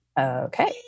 okay